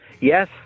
Yes